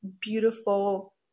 beautiful